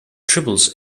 triples